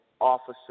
officer